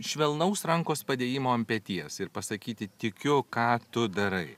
švelnaus rankos padėjimo ant peties ir pasakyti tikiu ką tu darai